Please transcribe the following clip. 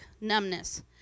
numbness